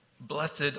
Blessed